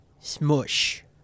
Smush